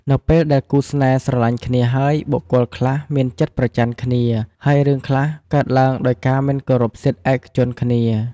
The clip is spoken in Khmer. នៅពេលដែលគូរស្នេហ៍ស្រលាញ់គ្នាហើយបុគ្គលខ្លះមានចិត្តប្រចណ្ឌគ្នា ហើយរឿងខ្លះគ្នាកើតឡើងដោយការមិនគោរពសិទ្ធឯកជនគ្នា។